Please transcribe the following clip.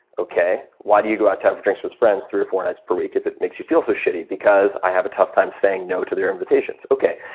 okay. why do you go out to have drink with friends three or four nights per week if it makes you feel so shitty? because i have a tough time saying no to their invitations. okay.